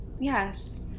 Yes